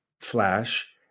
flash